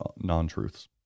non-truths